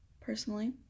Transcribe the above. personally